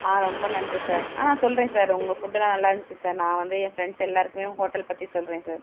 ரொம்ப நன்றி சார் சொல்கிறேன் சார் உங்கள் ஃபுட்டெல்லாம் நல்லாயிருந்துச்சி சார் நான் வந்து என் ஃபிரெண்ட்ஸ் எல்லாேருக்குமே ஹோட்டல் பற்றி சொல்கிறேன் சார்